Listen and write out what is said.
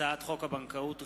הצעת חוק הבנקאות (רישוי)